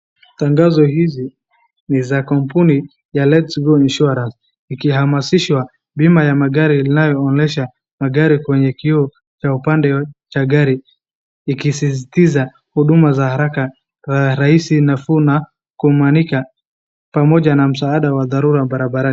Tagazo hizi ni za kampuni ya letsgo insurance ikiamasishwa bima ya magari inayoonyesha magari kwenye kioo cha upande cha gari ikisisitiza huduma za haraka, rahisi nafuu na kumwanika pamoja na msaada wa dharura barabarani.